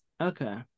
Okay